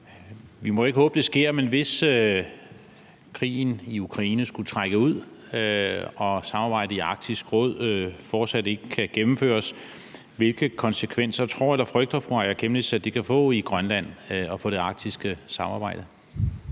Vi må ikke håbe, at det sker, men hvis krigen i Ukraine skulle trække ud og samarbejdet i Arktisk Råd fortsat ikke kan gennemføres, hvilke konsekvenser tror eller frygter fru Aaja Chemnitz det kan få i Grønland og for det arktiske samarbejde?